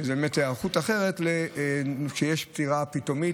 זאת היערכות אחרת כשיש פטירה פתאומית